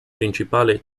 principale